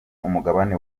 umugabane